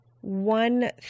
one